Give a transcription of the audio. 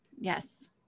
Yes